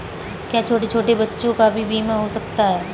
क्या छोटे छोटे बच्चों का भी बीमा हो सकता है?